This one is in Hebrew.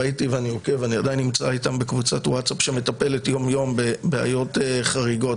ראיתי ואני עדיין נמצא איתם בקבוצת ווטסאפ שמטפלת כל יום בבעיות חריגות,